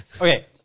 Okay